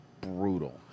brutal